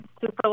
super